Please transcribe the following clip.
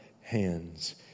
hands